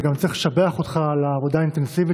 וגם צריך לשבח אותך על העבודה האינטנסיבית